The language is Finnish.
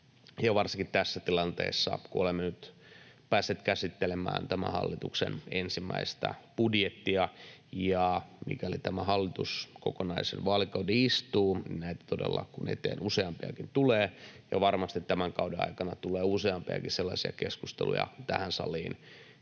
varsinkin tässä tilanteessa, kun olemme nyt päässeet käsittelemään tämän hallituksen ensimmäistä budjettia. Ja mikäli tämä hallitus kokonaisen vaalikauden istuu, niin näitä todella tulee eteen useampiakin, ja varmasti tämän kauden aikana tulee tähän saliin useampiakin sellaisia keskusteluja, joissa ihan